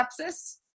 sepsis